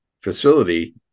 facility